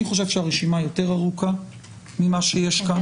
אני חושב שהרשימה יותר ארוכה ממה שיש כאן.